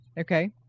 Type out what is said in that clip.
okay